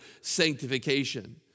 sanctification